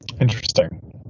Interesting